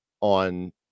on